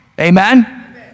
Amen